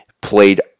played